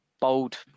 Bold